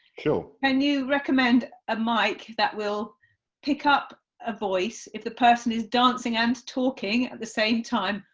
so and you recommend a mic that will pick up a voice if the person is dancing and talking at the same time,